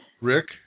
Rick